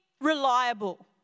reliable